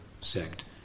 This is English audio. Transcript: sect